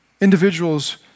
Individuals